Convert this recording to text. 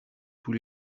tous